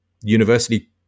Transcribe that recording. university